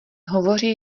hovoří